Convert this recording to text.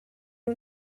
nhw